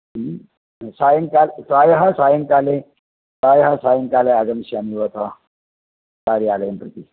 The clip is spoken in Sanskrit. ह्म् सायंकाल् प्रायः सायंकाले प्रायः सायंकाले आगमिष्यामि वा अथवा कार्यालयं प्रति